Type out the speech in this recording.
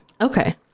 okay